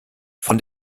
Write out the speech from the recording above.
von